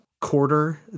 quarter